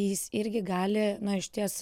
jis irgi gali na išties